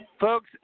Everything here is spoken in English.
folks